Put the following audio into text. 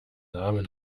namen